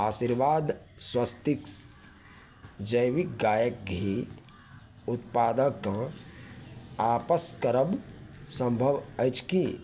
आशीर्वाद स्वस्तिक जैविक गाइके घी उत्पादकके आपस करब सम्भव अछि कि